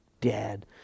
dead